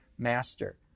master